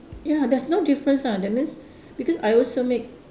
ya there's no difference ah that means because I also make